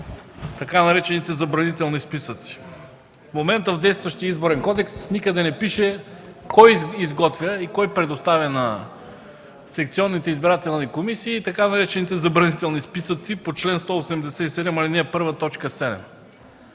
така наречените „забранителни списъци”. В момента в действащия Изборен кодекс никъде не пише кой изготвя и кой предоставя на секционните избирателни комисии така наречените „забранителни списъци” по чл. 187, ал. 1, т. 7.